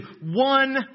one